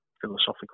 philosophical